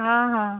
ହଁ ହଁ